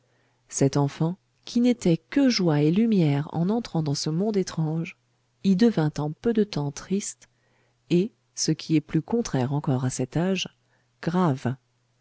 cet enfant qui n'était que joie et lumière en entrant dans ce monde étrange y devint en peu de temps triste et ce qui est plus contraire encore à cet âge grave